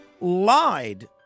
lied